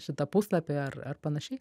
šitą puslapį ar ar panašiai